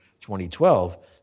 2012